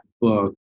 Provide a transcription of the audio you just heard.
book